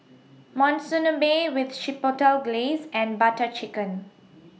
Monsunabe with Chipotle Glaze and Butter Chicken